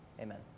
Amen